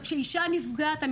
וכשאישה נפגעת,